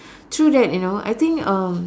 true that you know I think uh